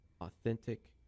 authentic